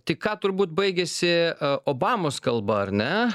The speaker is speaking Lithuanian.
tik ką turbūt baigėsi obamos kalba ar ne